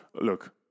look